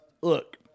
Look